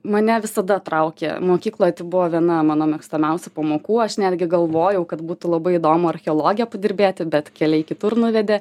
mane visada traukė mokykloj tai buvo viena mano mėgstamiausių pamokų aš netgi galvojau kad būtų labai įdomu archeologe padirbėti bet keliai kitur nuvedė